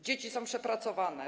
Dzieci są przepracowane.